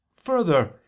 further